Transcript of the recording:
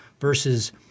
Versus